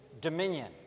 dominion